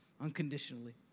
unconditionally